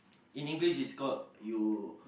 in english it's called you